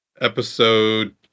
episode